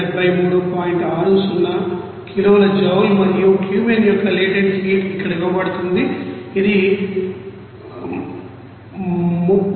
60 కిలోల జౌల్ మరియు క్యూమెన్ యొక్క లేటెంట్ హీట్ ఇక్కడ ఇవ్వబడుతుంది ఇది 30919